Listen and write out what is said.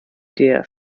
der